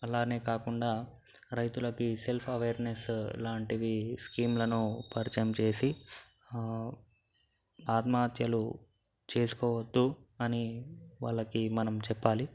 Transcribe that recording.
అలానే కాకుండా రైతులకి సెల్ఫ్ అవార్నెస్సు లాంటివి స్కీములను పరిచయం చేసి ఆత్మహత్యలు చేసుకోవద్దు అని వాళ్ళకి మనం చెప్పాలి